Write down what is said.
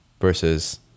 versus